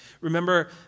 remember